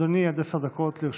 אדוני, עד עשר דקות לרשותך.